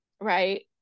right